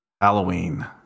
Halloween